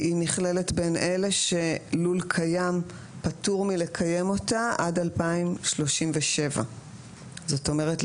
נכללת בין אלה שלול קיים פטור מלקיים אותה עד 2037. זאת אומרת,